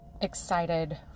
excited